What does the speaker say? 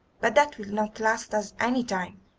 but that will not last us any time.